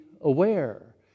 aware